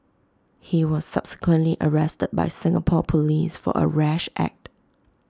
he was subsequently arrested by Singapore Police for A rash act